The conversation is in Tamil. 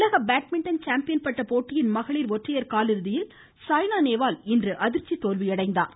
உலக பேட்மிண்டன் சாம்பியன் பட்ட போட்டியின் மகளிர் ஒற்றையர் கால் இறுதியில் சாய்னா நேவால் அதிர்ச்சி தோல்வியடைந்தார்